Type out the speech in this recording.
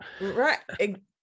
right